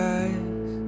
eyes